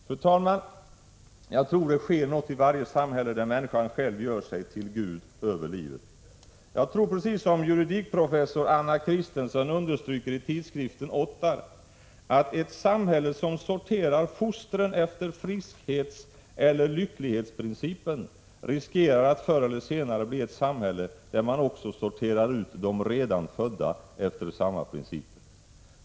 Fru talman! Jag tror det sker något i varje samhälle där människan själv gör sig till Gud över livet. Jag tror precis som juridikprofessor Anna Christensen understryker i tidskriften Ottar, att ett samhälle som sorterar fostren efter friskhetseller lycklighetsprincipen riskerar att förr eller senare bli ett samhälle där man också sorterar ut de redan födda efter samma principer.